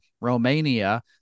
Romania